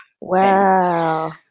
Wow